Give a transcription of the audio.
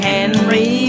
Henry